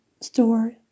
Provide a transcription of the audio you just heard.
store